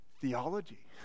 theology